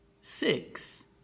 Six